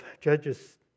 Judges